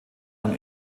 man